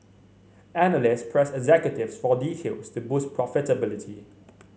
analysts pressed executives for details to boost profitability